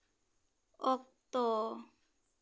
ᱚᱠᱛᱚ